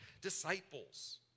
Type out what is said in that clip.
disciples